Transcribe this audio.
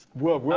will